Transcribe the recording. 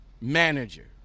manager